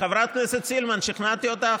חברת הכנסת סילמן, שכנעתי אותך?